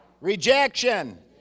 rejection